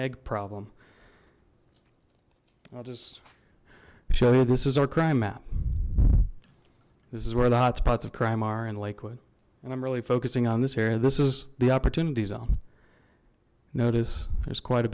egg problem i'll just show you this is our crime map this is where the hotspots of crime are in lakewood and i'm really focusing on this area this is the opportunity zone notice there's quite a